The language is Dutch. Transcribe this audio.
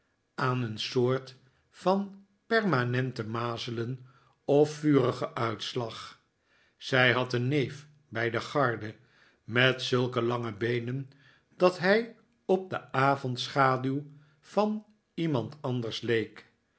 aan een soort van permanente mazelen of vurig uitslag zij had een neef bij de garde met zulke lange beenen dat hij op de avondschaduw van iemand anders leek